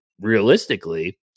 realistically